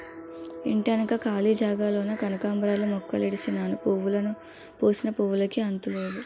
ఇంటెనక కాళీ జాగాలోన కనకాంబరాలు మొక్కలుడిసినాను పూసిన పువ్వులుకి అంతులేదు